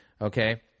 okay